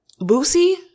Boosie